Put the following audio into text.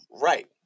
Right